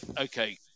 okay